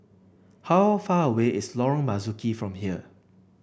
how far away is Lorong Marzuki from here